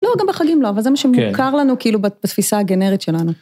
לא, גם בחגים לא, אבל זה מה -כן. שמוכר לנו, כאילו, בתפיסה הגנרית שלנו.